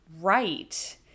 right